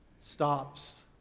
stops